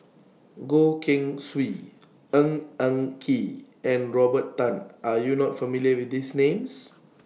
Goh Keng Swee Ng Eng Kee and Robert Tan Are YOU not familiar with These Names